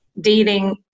dealing